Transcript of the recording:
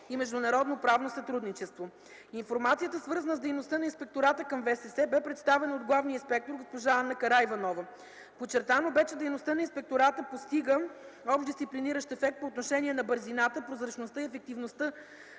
и международно правно сътрудничество. Информацията, свързана с дейността на Инспектората към ВСС, бе представена от главния инспектор госпожа Ана Караиванова. Подчертано бе, че дейността на Инспектората постига общ дисциплиниращ ефект по отношение на бързината, прозрачността и ефективността